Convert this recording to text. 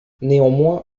néanmoins